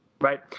right